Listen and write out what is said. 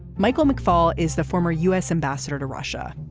michael mcfaul is the former u s. ambassador to russia.